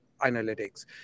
analytics